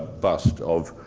bust of